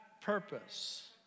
purpose